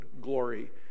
glory